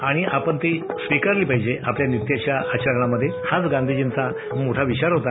आणि आपण ती स्विकारली पाहिजे आपल्या नित्याच्या आचरणामध्ये हाच गांधीजींचा मोठा विचार होता